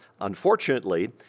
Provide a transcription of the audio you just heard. Unfortunately